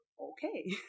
okay